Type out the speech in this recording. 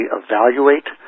evaluate